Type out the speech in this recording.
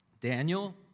Daniel